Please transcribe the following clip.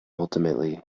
ultimately